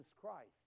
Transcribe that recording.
Christ